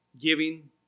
giving